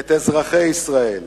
את אזרחי ישראל,